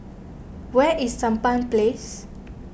where is Sampan Place